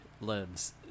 lives